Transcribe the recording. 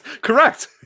correct